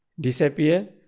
disappear